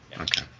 Okay